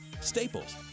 Staples